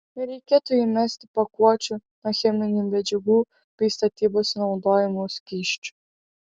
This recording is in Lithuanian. nereikėtų įmesti pakuočių nuo cheminių medžiagų bei statybose naudojamų skysčių